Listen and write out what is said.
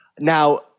Now